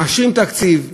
מאשרים תקציב,